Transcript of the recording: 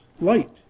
light